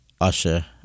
Usher